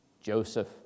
Joseph